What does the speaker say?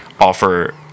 offer